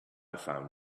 found